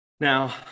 Now